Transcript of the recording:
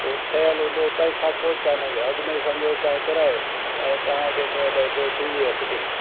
उहो ठहियलु हूंदो तंहिंखां पोइ तव्हां इन खे अॻ में सम्झो तव्हां करायो ऐं तव्हांखे चयो जे भई थी वई आहे फिटिंग